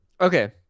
Okay